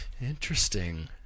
Interesting